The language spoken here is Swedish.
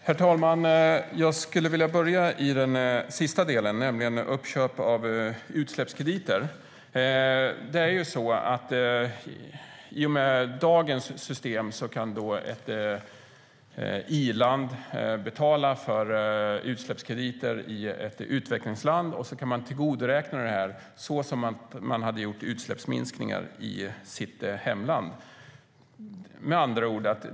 Herr talman! Jag skulle vilja börja i den sista delen, nämligen uppköp av utsläppskrediter. I och med dagens system kan ett iland betala för utsläppskrediter i ett utvecklingsland och tillgodoräkna det som om man hade gjort utsläppsminskningar i sitt hemland.